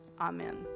Amen